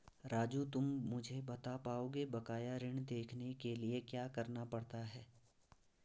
राजू तुम मुझे बता पाओगे बकाया ऋण देखने के लिए क्या करना पड़ता है?